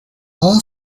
all